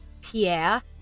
Pierre